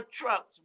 trucks